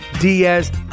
diaz